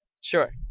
Sure